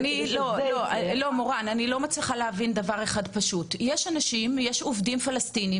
אני לא מצליחה להבין דבר אחד פשוט: יש עובדים פלסטינים